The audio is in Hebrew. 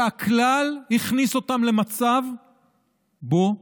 שהכלל הכניס אותם למצב שבו,